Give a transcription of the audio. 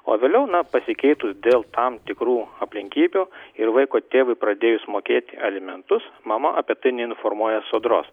o vėliau na pasikeitus dėl tam tikrų aplinkybių ir vaiko tėvui pradėjus mokėti alimentus mama apie tai neinformuoja sodros